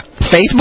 facebook